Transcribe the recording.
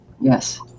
Yes